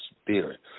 spirit